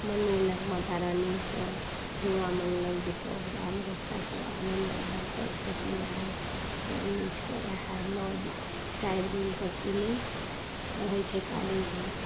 मनेलक माता रानीसँ दुआ मङ्गलक जे सब बाल बच्चा सब आनन्द रहै सब खुशी रहै सब नीकसँ रहै नओ चारि दिनके लेल रहै छै काली जी